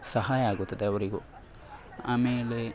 ಸಹಾಯ ಆಗುತ್ತದೆ ಅವರಿಗೂ ಆಮೇಲೆ